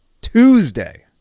Tuesday